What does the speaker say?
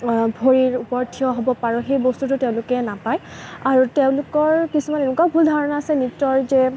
ভৰিৰ ওপৰত থিয় হ'ব পাৰোঁ সেই বস্তুটো তেওঁলোকে নাপায় আৰু তেওঁলোকৰ কিছুমান এনেকুৱা ভুল ধাৰণা আছে নৃত্যৰ যে